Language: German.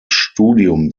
studium